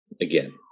again